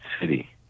city